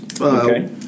Okay